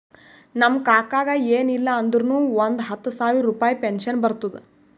ನಮ್ ಕಾಕಾಗ ಎನ್ ಇಲ್ಲ ಅಂದುರ್ನು ಒಂದ್ ಹತ್ತ ಸಾವಿರ ರುಪಾಯಿ ಪೆನ್ಷನ್ ಬರ್ತುದ್